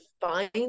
find